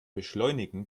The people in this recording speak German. beschleunigen